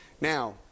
Now